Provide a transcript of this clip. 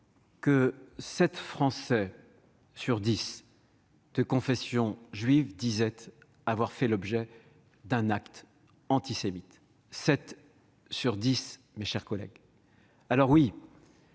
que sept Français sur dix de confession juive disaient avoir fait l'objet d'un acte antisémite : sept sur dix, mes chers collègues !... Oui,